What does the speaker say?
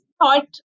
thought